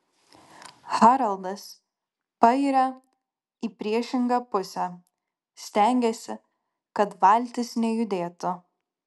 haraldas pairia į priešingą pusę stengiasi kad valtis nejudėtų